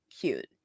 cute